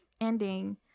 ending